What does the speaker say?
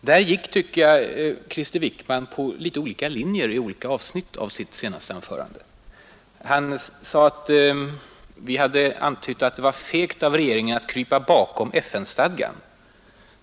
Jag tyckte att Krister Wickman följde något olika linjer i olika avsnitt av sitt senaste anförande. Han sade att vi hade antytt att det var fegt av regeringen att ”krypa bakom FN-stadgan”.